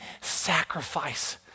sacrifice